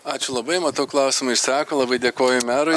ačiū labai matau klausimai išseko labai dėkoju merui